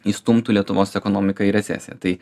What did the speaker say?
įstumtų lietuvos ekonomiką į recesiją tai